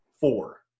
four